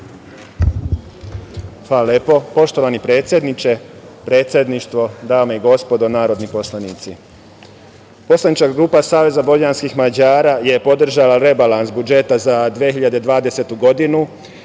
Hvala lepo. Poštovani predsedniče, predsedništvo, dame i gospodo narodni poslanici, poslanička grupa Saveza vojvođanskih Mađara je podržala rebalans budžeta za 2020. godinu